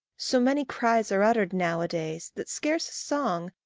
so many cries are uttered now-a-days, that scarce a song,